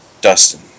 Dustin